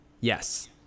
yes